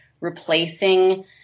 replacing